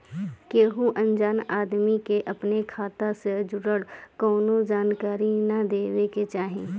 केहू अनजान आदमी के अपनी खाता से जुड़ल कवनो जानकारी ना देवे के चाही